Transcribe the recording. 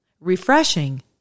refreshing